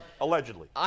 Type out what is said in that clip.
Allegedly